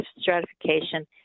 stratification